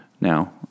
Now